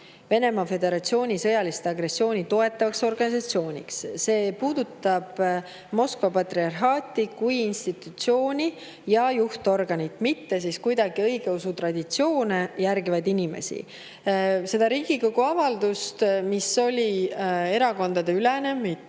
Venemaa Föderatsiooni sõjalist agressiooni toetavaks organisatsiooniks. See puudutab Moskva patriarhaati kui institutsiooni ja juhtorganit, mitte kuidagi aga õigeusu traditsioone järgivaid inimesi. Seda Riigikogu avaldust, mis oli erakondadeülene,